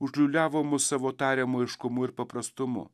užliūliavo mus savo tariamu aiškumu ir paprastumu